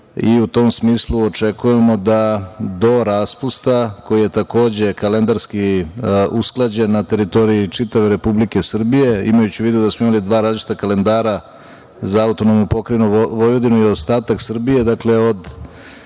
U tom smislu očekujemo da do raspusta, koji je takođe kalendarski usklađen na teritoriji čitave Republike Srbije, imajući u vidu da smo imali dva različita kalendara za AP Vojvodinu i ostatak Srbije praktično